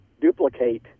duplicate